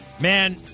Man